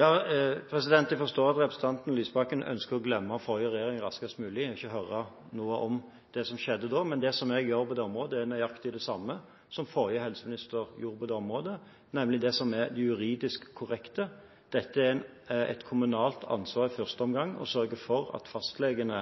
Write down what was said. forstår at representanten Lysbakken ønsker å glemme forrige regjering raskest mulig og ikke høre noe om det som skjedde da, men det som jeg gjør på det området, er nøyaktig det samme som forrige helseminister gjorde på det området, nemlig det som er det juridisk korrekte. Det er i første omgang et kommunalt ansvar å sørge for at fastlegene